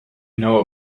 know